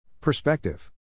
Perspective